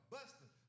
Buster